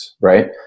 right